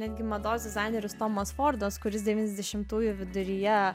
netgi mados dizaineris tomas fordas kuris devyniasdešimtųjų viduryje